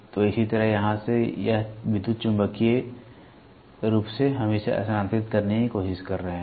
तो इसी तरह से यहां यह विद्युत चुम्बकीय रूप से है हम इसे स्थानांतरित करने की कोशिश कर रहे हैं